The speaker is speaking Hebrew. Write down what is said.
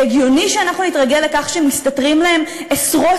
זה הגיוני שאנחנו נתרגל לכך שמסתתרים להם עשרות